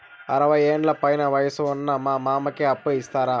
అరవయ్యేండ్ల పైన వయసు ఉన్న మా మామకి అప్పు ఇస్తారా